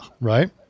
right